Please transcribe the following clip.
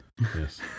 Yes